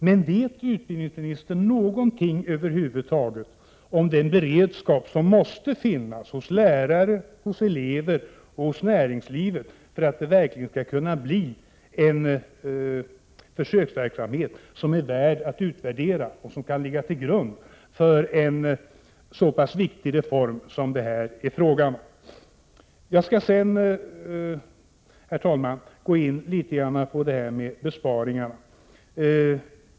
Men vet utbildningsministern över huvud taget något om den beredskap som måste finnas hos lärare, hos elever och i näringslivet för att det verkligen skall kunna bli en försöksverksamhet som är värd att utvärdera och som kan ligga till grund för en så pass viktig reform som det här är fråga om? Jag skall sedan, herr talman, tala något om besparingarna.